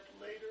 later